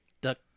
Duck